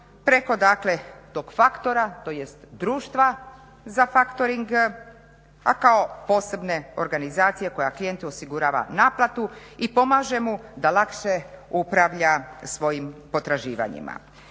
preko dakle tog faktora tj. društva za factoring, a kao posebne organizacije koja klijentu osigurava naplatu i pomaže mu da lakše upravlja svojim potraživanjima.